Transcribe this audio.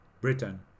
Britain